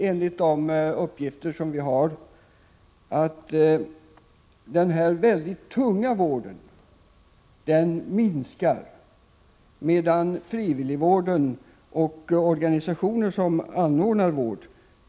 Enligt de uppgifter vi fått minskar den tunga vården, medan frivilligvården och den vård som organisationer tillhandahåller ökar.